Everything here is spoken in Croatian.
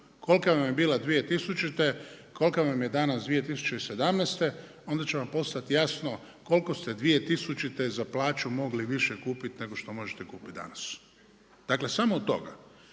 kolika vam je bila 2000., koliko vam je danas 2017., onda će vam postati jasno koliko ste 2000. za plaću mogli više kupiti nego što možete kupiti danas. Dakle, samo od toga,